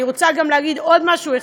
אני רוצה להגיד עוד משהו,